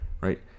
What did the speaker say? right